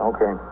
Okay